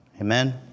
Amen